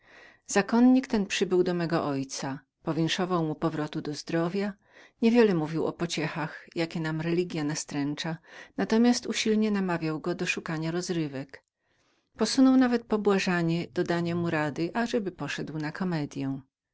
zakonnik ten przybył do mego ojca powinszował mu powrotu do zdrowia nie wiele mówił mu o pociechach jakie nam religia nastręcza ale natomiast usilnie namawiał go aby oddał się więcej rozrywkom posunął nawet pobłażanie do dania mu rady ażeby poszedł na komedyą